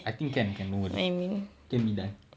I think can can no worry can be done